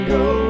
go